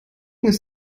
ist